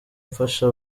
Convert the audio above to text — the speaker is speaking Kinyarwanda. mfasha